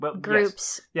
groups